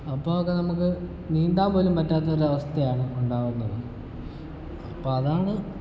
അപ്പോക്കെ നമുക്ക് നീന്താൻ പോലും പറ്റാത്തൊരവസ്ഥയാണ് ഉണ്ടാവുന്നത് അപ്പം അതാണ്